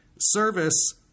Service